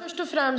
Herr talman!